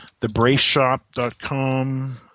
TheBraceShop.com